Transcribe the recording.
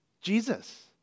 Jesus